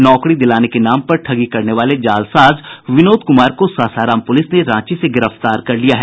नौकरी दिलाने के नाम पर ठगी करने वाले जालसाज विनोद कुमार को सासाराम प्रलिस ने रांची से गिरफ्तार कर लिया है